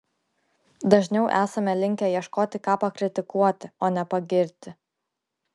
dažniau esame linkę ieškoti ką pakritikuoti o ne pagirti